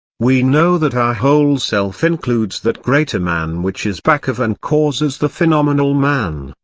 we know that our whole self includes that greater man which is back of and causes the phenomenal man,